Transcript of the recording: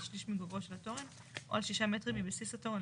שליש מגובהו של התורן או על שישה מטרים מבסיס התורן,